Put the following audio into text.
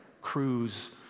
cruise